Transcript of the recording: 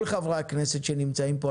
כל חברי הכנסת שנמצאים פה,